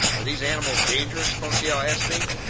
are these animals dangerous? conseil asked me.